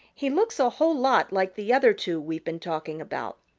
he looks a whole lot like the other two we've been talking about,